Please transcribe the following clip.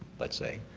let's say,